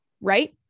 Right